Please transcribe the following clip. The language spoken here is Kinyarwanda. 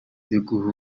biguha